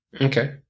Okay